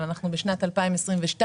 אבל אנחנו בשנת 2022,